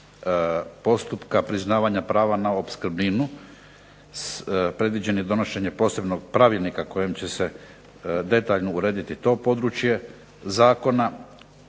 postupka priznavanja prava na opskrbninu, predviđeno je donošenje posebnog pravilnika kojim će se detaljno urediti to područje zakona,